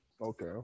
Okay